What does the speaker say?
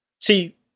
See